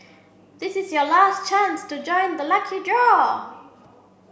this is your last chance to join the lucky draw